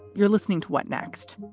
you're listening to what next?